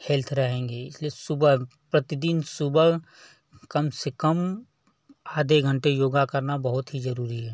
health रहेंगे इसलिए सुबह प्रतिदिन सुबह कम से कम आधे घंटे योग करना बहुत ही जरूरी है